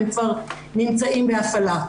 הם כבר נמצאים בהפעלה.